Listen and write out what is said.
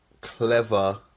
clever